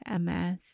MS